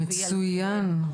מצוין.